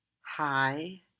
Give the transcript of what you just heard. hi